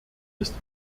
ist